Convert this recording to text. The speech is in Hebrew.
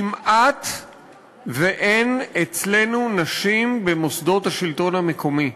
כמעט אין אצלנו נשים במוסדות השלטון המקומי.